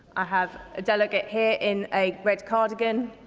i have a delegate here in a red cardigan